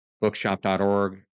bookshop.org